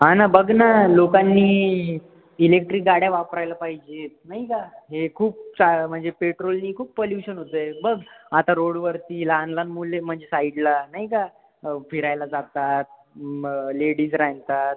हा ना बघ ना लोकांनी इलेक्ट्रिक गाड्या वापरायला पाहिजेत नाही का हे खूप चा म्हणजे पेट्रोलने खूप पोल्यूशन होत आहे बघ आता रोडवरती लहान लहान मुले म्हणजे साईडला नाही का फिरायला जातात मग लेडीज राहतात